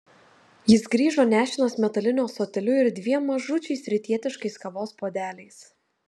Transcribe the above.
jis grįžo nešinas metaliniu ąsotėliu ir dviem mažučiais rytietiškais kavos puodeliais